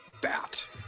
bat